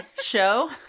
show